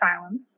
silence